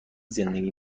زندگی